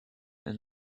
and